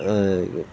ಹಾಗೆ